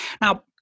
Now